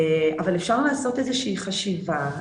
אבל אפשר לעשות איזה שהיא חשיבה,